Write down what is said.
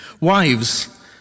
Wives